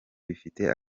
bifite